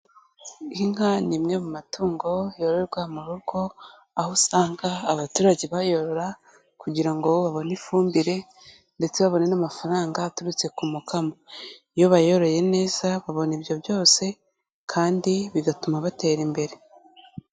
Inka ni imwe mu matungo yororwa mu rugo aho usanga abaturage bayorora kugira ngo babone ifumbire ndetse babone n'amafaranga aturutse ku mukamo, iyo bayoroye neza babona ibyo byose kandi bigatuma batera imbere.